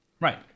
Right